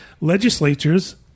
legislatures